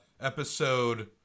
Episode